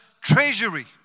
treasury